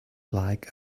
like